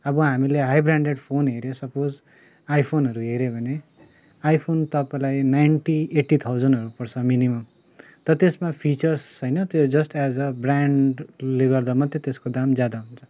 अब हामीले high branded phone हेऱ्यो सपोज आइफोनहरू हेऱ्यो भने आइफोन तपाईँलाई नाइन्टी एट्टी थाउजनहरू पर्छ मिनिमम् त त्यसमा फिचर्स होइन त्यो जस्ट एज अ ब्रान्डले गर्दा मात्रै त्यसको दाम ज्यादा हुन्छ